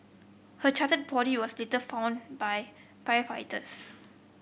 her charred body was later found by firefighters